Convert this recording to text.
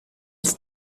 its